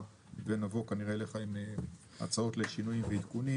ונבוא כנראה לכאן עם הצעות לשינויים ועדכונים.